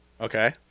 Okay